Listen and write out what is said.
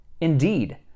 Indeed